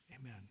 amen